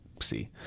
see